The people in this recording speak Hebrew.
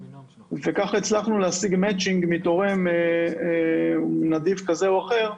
וככה הצלחנו להשיג מצ'ינג מנדיב כזה או אחר,